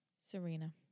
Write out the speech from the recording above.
Serena